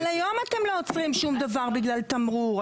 אבל גם היום אתם לא עוצרים שום דבר בגלל תמרור.